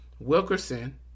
Wilkerson